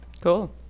Cool